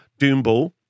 Doomball